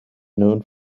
known